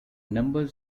number